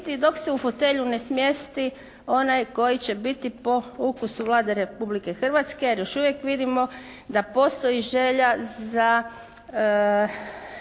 dok se u fotelju ne smjesti onaj koji će biti po ukusu Vlade Republike Hrvatske, jer još uvijek vidimo da postoji želja za